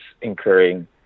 incurring